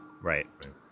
right